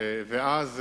ואז,